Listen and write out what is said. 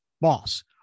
boss